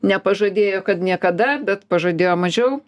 nepažadėjo kad niekada bet pažadėjo mažiau